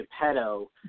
Geppetto